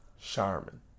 Charmin